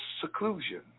seclusion